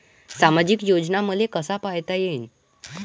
सामाजिक योजना मले कसा पायता येईन?